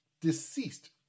deceased